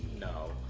no.